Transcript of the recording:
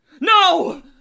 No